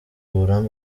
uburambe